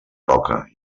roca